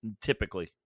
typically